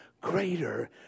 greater